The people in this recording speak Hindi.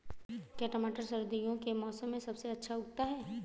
क्या टमाटर सर्दियों के मौसम में सबसे अच्छा उगता है?